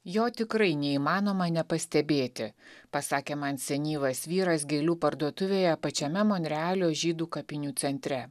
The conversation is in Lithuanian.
jo tikrai neįmanoma nepastebėti pasakė man senyvas vyras gėlių parduotuvėje pačiame monrealio žydų kapinių centre